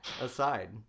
aside